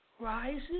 rises